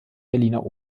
berliner